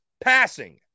passing